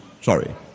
Sorry